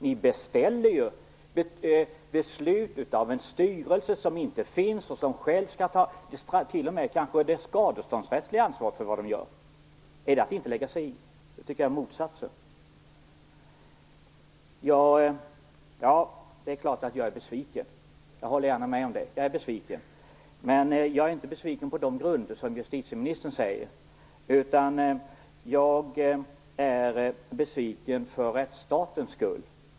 Ni beställer ju beslut av en styrelse som inte finns och som själv skall ta kanske t.o.m. det skadeståndsrättsliga ansvaret för vad den gör. Är det att inte lägga sig i? Jag tycker att det är motsatsen. Jag håller gärna med om att jag är besviken, men det är inte på de grunder som justitieministern anger, utan jag är besviken för rättsstatens skull.